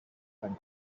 than